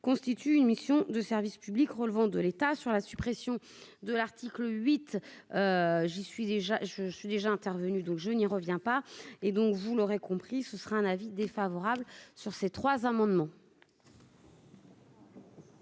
constitue une mission de service public relevant de l'État sur la suppression de l'article 8. J'y suis déjà je suis déjà intervenu, donc je n'y reviens pas et donc, vous l'aurez compris, ce sera un avis défavorable sur ces trois amendements.